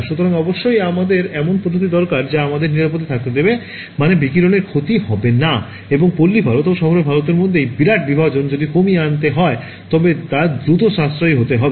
সুতরাং অবশ্যই আমাদের এমন পদ্ধতি দরকার যা আমাদের নিরাপদে থাকতে দেবে মানে বিকিরণের ক্ষতি হবে না এবং পল্লী ভারত এবং শহুরে ভারতের মধ্যে এই বিরাট বিভাজন যদি কমিয়ে আনতে হয় তবে তা দ্রুত সাশ্রয়ী হতে হবে